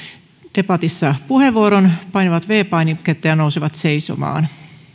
debatissa puheenvuoron painavat viides painiketta ja nousevat seisomaan